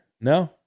no